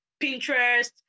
Pinterest